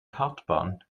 kartbahn